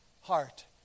heart